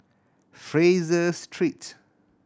Fraser Street